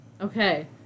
Okay